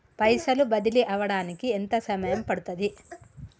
పైసలు బదిలీ అవడానికి ఎంత సమయం పడుతది?